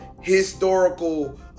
historical